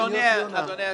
אדוני היושב-ראש,